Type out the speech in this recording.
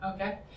Okay